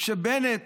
וכשבנט